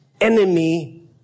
enemy